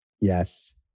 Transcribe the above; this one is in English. Yes